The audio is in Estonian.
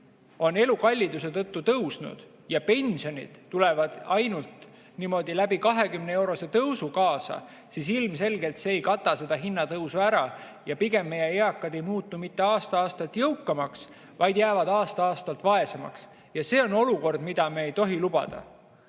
on elukalliduse tõttu tõusnud ja pensionid tulevad ainult läbi 20-eurose tõusu kaasa, siis ilmselgelt see ei kata seda hinnatõusu ära ja meie eakad ei muutu mitte aasta-aastalt jõukamaks, vaid jäävad aasta-aastalt vaesemaks. Ja see on olukord, mida me ei tohi lubada.